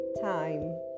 time